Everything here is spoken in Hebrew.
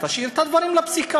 אז תשאיר את הדברים לפסיקה,